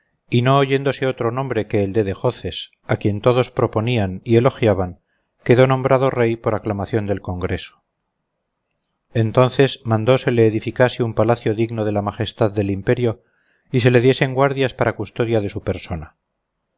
y no oyéndose otro nombre que el de dejoces a quien todos proponían y elogiaban quedó nombrado rey por aclamación del congreso entonces mandó se le edificase un palacio digno de la majestad del imperio y se le diesen guardias para la custodia de su persona